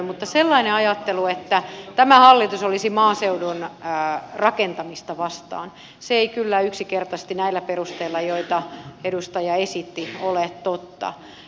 mutta sellainen ajattelu että tämä hallitus olisi maaseudun rakentamista vastaan se ei kyllä yksinkertaisesti näillä perusteilla joita edustaja esitti ole totta